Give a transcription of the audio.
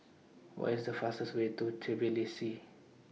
What IS The fastest Way to Tbilisi